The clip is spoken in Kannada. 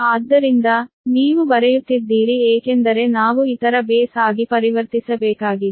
ಆದ್ದರಿಂದ ನೀವು ಬರೆಯುತ್ತಿದ್ದೀರಿ ಏಕೆಂದರೆ ನಾವು ಇತರ ಬೇಸ್ ಆಗಿ ಪರಿವರ್ತಿಸಬೇಕಾಗಿದೆ